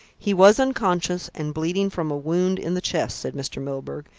he was unconscious and bleeding from a wound in the chest, said mr. milburgh,